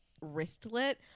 wristlet